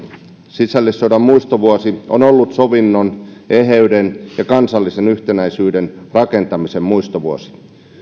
sisällissodan muistovuosi on ollut sovinnon eheyden ja kansallisen yhtenäisyyden rakentamisen muistovuosi